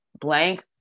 blank